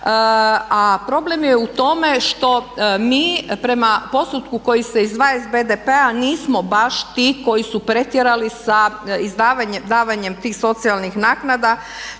A problem je u tome što mi prema postotku koji se izdvaja iz BDP-a nismo baš ti koji su pretjerali sa davanjem tih socijalnih naknada